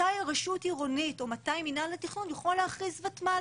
מתי רשות עירונית או מתי מינהל התכנון יכולים להכריז ותמ"ל